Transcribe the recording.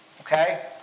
okay